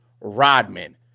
Rodman